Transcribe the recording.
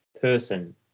person